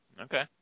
Okay